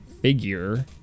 figure